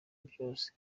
byose